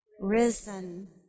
risen